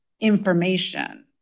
information